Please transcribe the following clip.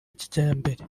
kijyambere